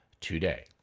today